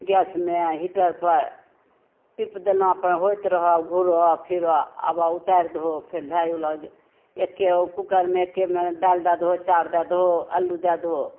गैसमे हीटरपर टीप देलौ अपन होइत रहल घूरऽ फिरऽ आबऽ उतारि दहो फेर भए गेलऽ एके कुकरमे एकेमे दालि दए दहो चाउर दए दहो अल्लू दए दहो